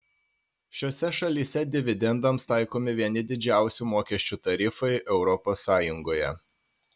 šiose šalyse dividendams taikomi vieni didžiausių mokesčių tarifai europos sąjungoje